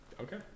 Okay